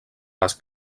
les